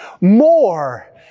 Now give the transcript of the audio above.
more